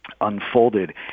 unfolded